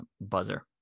buzzer